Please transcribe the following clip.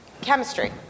Chemistry